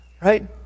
Right